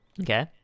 Okay